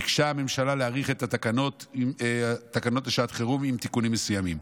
ביקשה הממשלה להאריך את התקנות לשעת חירום עם תיקונים מסוימים.